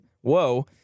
whoa